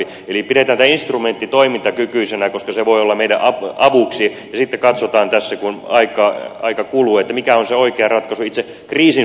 eli pidetään tämä instrumentti toimintakykyisenä koska se voi olla meille avuksi ja sitten katsotaan tässä kun aika kuluu mikä on se oikea ratkaisu itse kriisin voittamiseksi